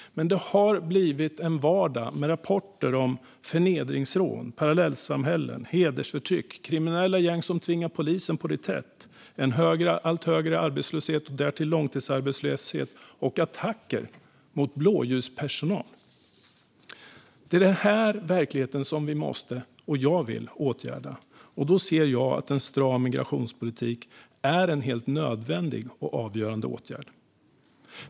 Det har dock blivit vardag med rapporter om förnedringsrån, parallellsamhällen, hedersförtryck, kriminella gäng som tvingar polisen på reträtt, en allt högre arbetslöshet och därtill långtidsarbetslöshet samt attacker mot blåljuspersonal. Det är denna verklighet som vi måste åtgärda och som jag vill åtgärda. Då ser jag att en stram migrationspolitik är en helt nödvändig och avgörande åtgärd.